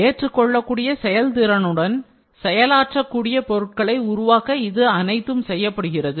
ஏற்றுக்கொள்ளக்கூடிய செயல்திறனுடன் செயலாற்றக்கூடிய பொருட்களை உருவாக்க இது அனைத்தும் செய்யப்படுகிறது